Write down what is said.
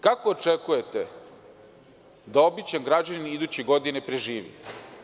Kako očekujete da običan građanin iduće godine preživi?